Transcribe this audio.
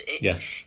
yes